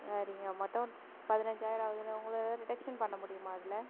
சரிங்க மொத்தம் பதினஞ்சாயிரம் ஆகுது உங்களுக்கு ரிடக்ஷன் பண்ண முடியுமா அதில்